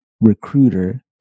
recruiter